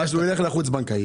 ואז הוא ילך לחוץ בנקאי.